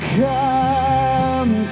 come